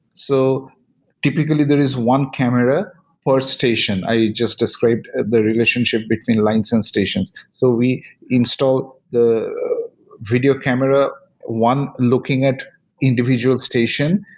so typically, there is one camera per station. i just described the relationship between lines and stations. so we installed the video camera, one looking at individual station.